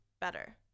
better